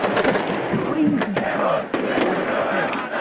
took crazy talent as kid.